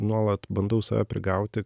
nuolat bandau save prigauti